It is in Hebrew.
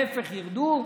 להפך, שירדו.